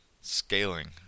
scaling